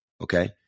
Okay